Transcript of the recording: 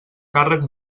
càrrec